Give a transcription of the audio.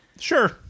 Sure